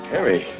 Harry